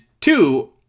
two